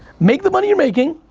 make the money you're making,